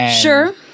Sure